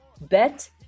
Bet